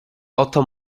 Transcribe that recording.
oto